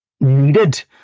needed